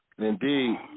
Indeed